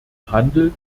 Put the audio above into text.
handel